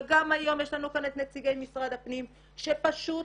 וגם היום יש לנו את נציגי משרד הפנים שפשוט